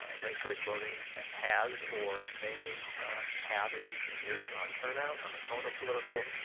ah ranked choice voting has or may have in future years on turnout, on the tone of political